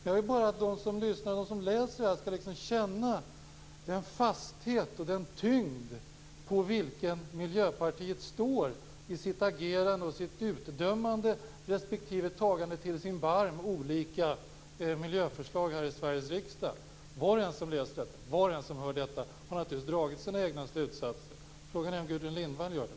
Jag vill bara att de som lyssnar och de som läser detta skall känna den fasthet och den tyngd på vilken Miljöpartiet står i sitt agerande och sitt utdömande respektive tagande till sin barm när det gäller olika miljöförslag här i Sveriges riksdag. Var och en som läser detta, och var och en som hör detta har naturligtvis dragit sina egna slutsatser. Frågan är om Gudrun Lindvall gör det.